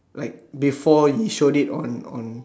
like before you showed it on on